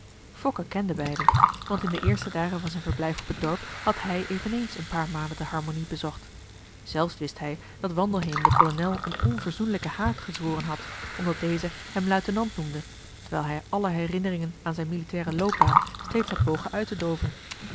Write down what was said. fokke kende beiden want in de eerste dagen van zijn verblijf op het dorp had hij eveneens een paar malen de harmonie bezocht zelfs wist hij dat wandelheem den kolonel een onverzoenlijken haat gezworen had omdat deze hem luitenant noemde terwijl hij alle herinneringen aan zijn militairen loopbaan steeds had pogen